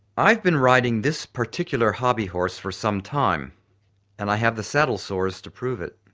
i've been riding this particular hobbyhorse for some time and i have the saddle sores to prove it.